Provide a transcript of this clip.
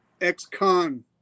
ex-con